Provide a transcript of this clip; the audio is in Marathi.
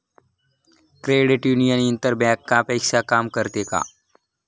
क्रेडिट युनियन इतर बँकांप्रमाणे काम करते का?